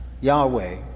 Yahweh